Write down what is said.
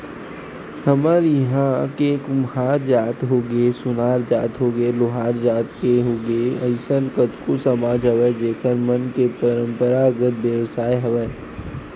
हमर इहाँ के कुम्हार जात होगे, सोनार जात होगे, लोहार जात के होगे अइसन कतको समाज हवय जेखर मन के पंरापरागत बेवसाय हवय